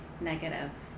negatives